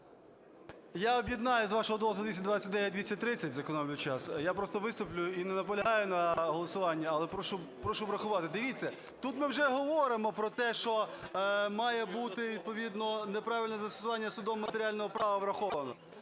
Я об'єднаю з вашого дозволу 229 і 230, зекономлю час. Я просто виступлю і не наполягаю на голосуванні, але прошу врахувати. Дивіться, тут ми вже говоримо про те, що має бути відповідно неправильне застосування судом матеріального права враховано,